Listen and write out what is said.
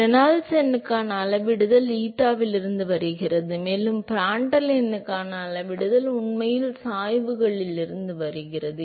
Reynolds எண்ணுக்கான அளவிடுதல் eta இலிருந்து வருகிறது மேலும் பிராண்ட்டல் எண்ணுக்கான அளவிடுதல் உண்மையில் சாய்வுகளிலிருந்து வருகிறது